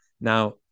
Now